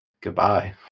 Goodbye